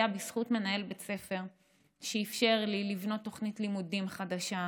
היה בזכות מנהל בית ספר שאפשר לי לבנות תוכנית לימודים חדשה,